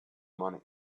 money